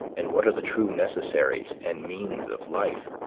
and what are the true necessaries and means of life,